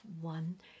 one